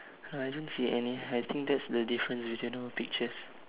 I don't see any I think that's the difference between our pictures